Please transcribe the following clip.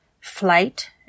flight